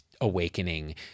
awakening